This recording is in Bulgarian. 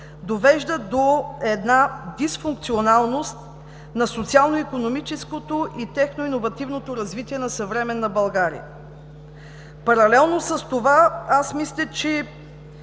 довеждат до една дисфункционалност на социално-икономическото и техно-иновативното развитие на съвременна България. Паралелно с това мисля, че